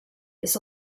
this